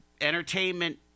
entertainment